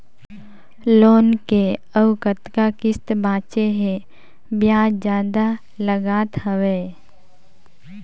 Loan के अउ कतका किस्त बांचें हे? ब्याज जादा लागत हवय,